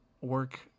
work